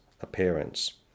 appearance